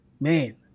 Man